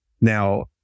Now